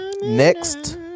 Next